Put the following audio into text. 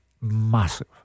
massive